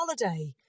holiday